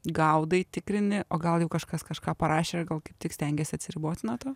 gaudai tikrini o gal jau kažkas kažką parašė gal kaip tik stengiesi atsiriboti nuo to